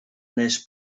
nes